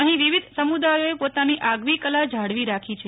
અહીં વિવિધ સમુદાયોએ પોતાની આગવી કલા જાળવી રાખી છે